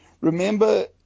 Remember